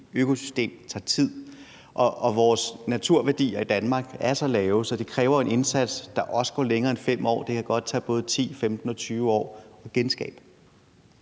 økosystem tager tid. Og vores naturværdier i Danmark er så lave, at det kræver en indsats, der også går over en længere periode end 5 år. Det kan godt tage både 10, 15 og 20 år at genskabe.